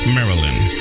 Maryland